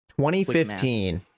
2015